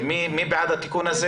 להאריך את התקופה?